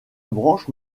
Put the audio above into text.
branche